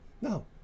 no